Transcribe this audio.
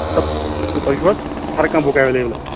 دَپ تۄہہِ چھُو حظ ہر کانٛہہ بُک ایوییبٕبل حظ